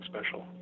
special